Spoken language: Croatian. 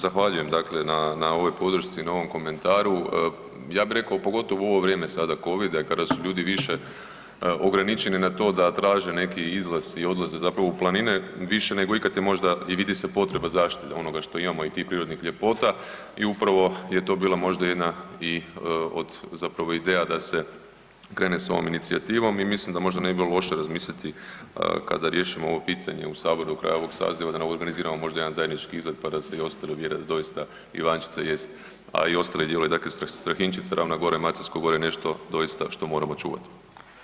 Zahvaljujem dakle na ovoj podršci i na ovom komentaru, ja bih rekao pogotovo u ovo vrijeme sada Covida kada su ljudi više ograničeni na to da traže neki izlaz i odlaze zapravo u planine, više nego ikad je možda i vidi se potreba zaštite onoga što imamo i tih prirodnih ljepota i upravo je to bila možda jedna i od zapravo ideja da se krene s ovom inicijativom i mislim da možda ne bi bilo loše razmisliti kada riješimo ovo pitanje u saboru kraj ovog sabora da organiziramo možda jedan zajednički izlet pa da se i ostali uvjere da doista Ivanščica jest, a i ostali dijelovi dakle Strahinjčica, Ravna gora i Maceljsko gorje nešto doista što moramo čuvati.